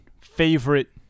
favorite